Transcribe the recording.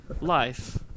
Life